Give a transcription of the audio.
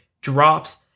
drops